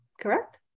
correct